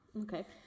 Okay